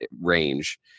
range